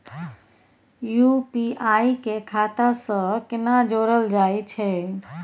UPI के खाता सं केना जोरल जाए छै?